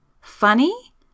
Funny